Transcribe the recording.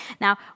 Now